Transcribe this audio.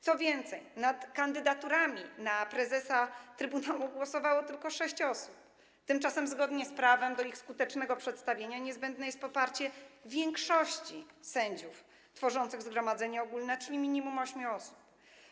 Co więcej, nad kandydaturami na prezesa trybunału głosowało tylko 6 osób, tymczasem zgodnie z prawem do ich skutecznego przedstawienia niezbędne jest poparcie większości sędziów tworzących zgromadzenie ogólne, czyli minimum ośmiu osób.